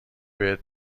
بهت